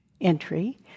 entry